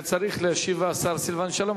היה צריך להשיב השר סילבן שלום,